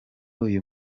uyu